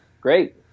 great